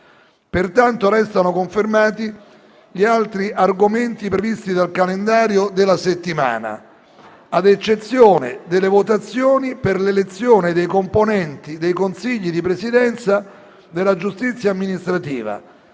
17,40. Restano confermati gli altri argomenti previsti dal calendario della settimana, ad eccezione delle votazioni per l'elezione dei componenti dei Consigli di Presidenza della giustizia amministrativa,